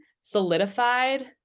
solidified